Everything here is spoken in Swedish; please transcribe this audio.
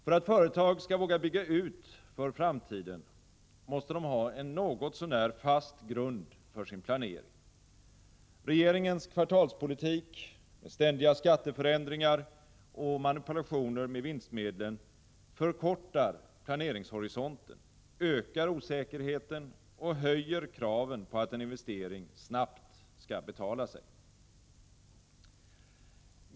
För att företag skall våga bygga ut för framtiden måste de ha en något så när fast grund för sin planering. Regeringens kvartalspolitik med ständiga skatteförändringar och manipulationer med vinstmedlen förkortar planeringshorisonten, ökar osäkerheten och höjer kraven på att en investering snabbt skall betala sig.